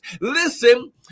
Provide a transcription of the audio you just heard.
Listen